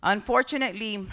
Unfortunately